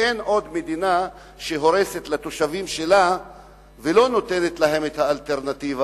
שאין עוד מדינה שהורסת לתושבים שלה ולא נותנת להם את האלטרנטיבה,